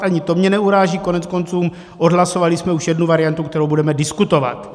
Ani to mě neuráží, koneckonců odhlasovali jsme už jednu variantu, kterou budeme diskutovat.